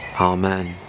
amen